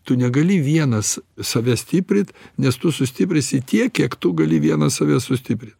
tu negali vienas save stiprint nes tu sustiprinsi tiek kiek tu gali vienas save sustiprint